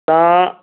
ਤਾਂ